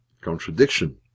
contradiction